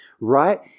Right